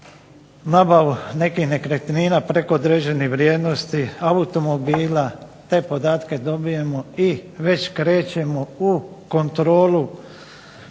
nabavu nekih nekretnina preko određenih vrijednosti, automobila, te podatke dobijemo i već krećemo u kontrolu